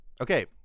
okay